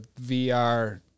VR